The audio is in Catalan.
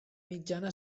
mitjana